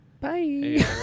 Bye